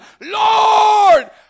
Lord